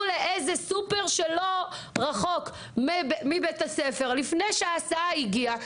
לסופרמרקט לא רחוק מבית הספר לפני שההסעה הגיעה,